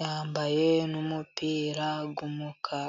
Yambaye n'umupira w'umukara.